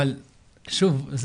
אבל שוב,